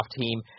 team